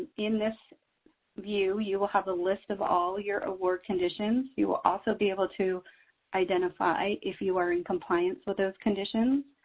in this view, you will have the list of all your award conditions. you will also be able to identify if you are in compliance with those conditions,